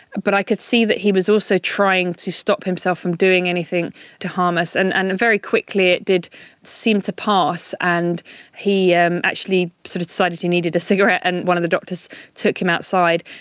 but i could see that he was also trying to stop himself from doing anything to harm us. and and very quickly it did seem to pass, and he and actually actually sort of decided he needed a cigarette and one of the doctors took him outside.